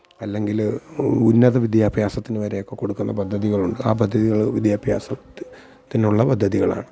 അല്ലെങ്കിൽ ഉന്നതവിദ്യാഭ്യാസത്തിന് വരെയെക്കെ കൊടുക്കുന്ന പദ്ധതികളുണ്ട് ആ പദ്ധതികൾ വിദ്യാഭ്യാസം ത്തിനുള്ള പദ്ധതികളാണ്